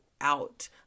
out